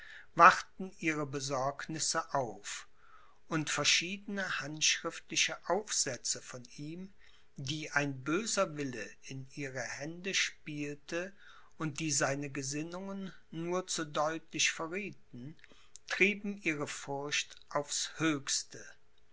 wachten ihre besorgnisse auf und verschiedene handschriftliche aufsätze von ihm die ein böser wille in ihre hände spielte und die seine gesinnungen nur zu deutlich verriethen trieben ihre furcht aufs höchste